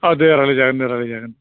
अ दे रायज्लाय जागोन दे रायज्लाय जागोन